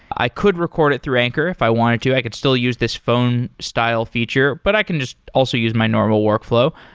i could record it through anchor if i wanted to. i could still use this phone style feature, but i can just also use my normal workflow.